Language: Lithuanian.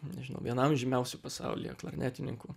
nežinau vienam žymiausių pasaulyje klarnetininkų